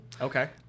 Okay